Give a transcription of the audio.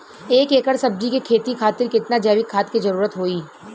एक एकड़ सब्जी के खेती खातिर कितना जैविक खाद के जरूरत होई?